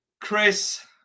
Chris